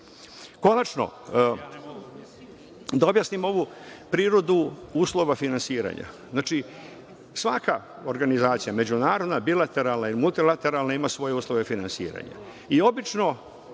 razumete. Konačno, da objasnim ovu prirodu uslova finansiranja. Znači, svaka organizacija međunarodna, bilateralna i multilateralna, ima svoje uslove finansiranja,